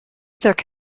there